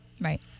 Right